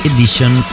Edition